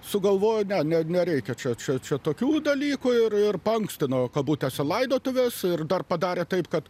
sugalvojo ne nereikia čia čia čia tokių dalykų ir paankstino kabutėse laidotuves ir dar padarė taip kad